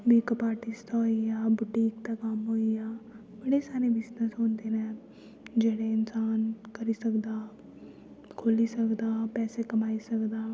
makeup artist दा होईयै boutique दा होईया बड़े सारे बिजनस होंदे नै जेह्ड़े इंसान करी सकदा खोली सकदा पैसे कमाई सकदा